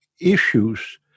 issues